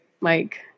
Mike